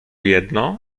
jedno